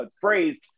phrase